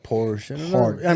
Porsche